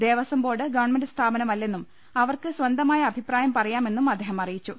Devaswom board government സ്ഥാപനമല്ലെന്നും അവർക്ക് സ്വന്തമായ അഭിപ്രായം പറയാമെന്നും അദ്ദേഹം അറിയിച്ചു